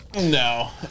No